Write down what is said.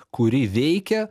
kuri veikia